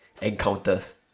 encounters